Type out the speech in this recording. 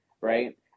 Right